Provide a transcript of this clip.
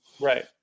Right